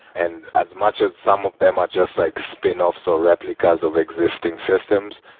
and as much as some of them are just like spinoffs or replicas of existing systems,